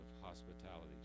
hospitality